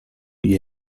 gli